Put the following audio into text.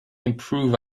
improve